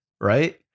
right